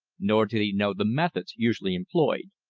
nor did he know the methods usually employed,